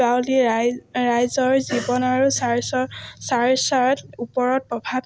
গাঁৱলী ৰাইজ ৰাইজৰ জীৱন আৰু চাৰ্ছত চাৰ্ছত ওপৰত প্ৰভাৱ